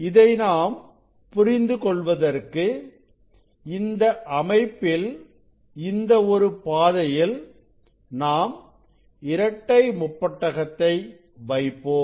இதை நாம் புரிந்து கொள்வதற்கு இந்த அமைப்பில் இந்த ஒரு பாதையில் நாம் இரட்டைமுப்பட்டகத்தை வைப்போம்